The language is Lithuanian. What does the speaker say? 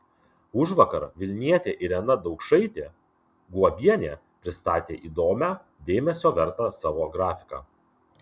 užvakar vilnietė irena daukšaitė guobienė pristatė įdomią dėmesio vertą savo grafiką